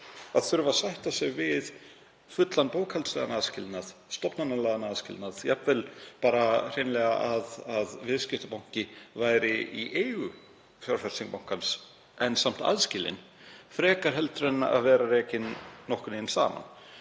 að þurfa að sætta sig við fullan, bókhaldslegan aðskilnað, stofnanalegan aðskilnað, jafnvel hreinlega að viðskiptabanki væri í eigu fjárfestingarbankans en samt aðskilinn frekar en að vera rekinn nokkurn veginn